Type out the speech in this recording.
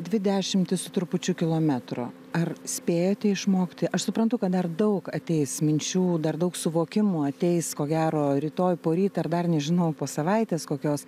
dvi dešimtis su trupučiu kilometro ar spėjote išmokti aš suprantu kad dar daug ateis minčių dar daug suvokimų ateis ko gero rytoj poryt ar dar nežinau po savaitės kokios